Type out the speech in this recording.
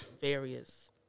various